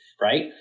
right